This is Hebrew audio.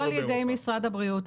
לא על ידי משרד הבריאות.